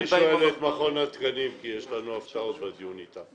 אני שואל את מכון התקנים כי יש לנו הפתעות בדיון איתם.